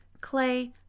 clay